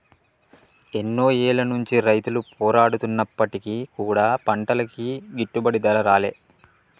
ఎన్నో ఏళ్ల నుంచి రైతులు పోరాడుతున్నప్పటికీ కూడా పంటలకి గిట్టుబాటు ధర రాలే